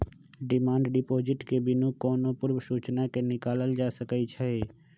demand deposit के बिनु कोनो पूर्व सूचना के निकालल जा सकइ छै